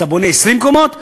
אתה בונה 20 קומות,